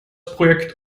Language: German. projekt